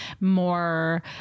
more